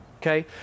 Okay